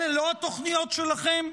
אלה לא התוכניות שלכם?